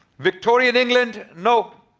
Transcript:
victorian england? nope.